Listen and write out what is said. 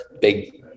big